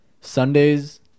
Sundays